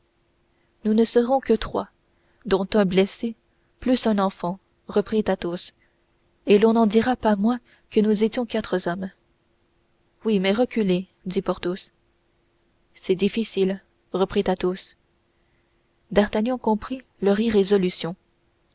nous ne serons que trois dont un blessé plus un enfant reprit athos et l'on n'en dira pas moins que nous étions quatre hommes oui mais reculer dit porthos c'est difficile reprit athos d'artagnan comprit leur irrésolution